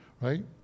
right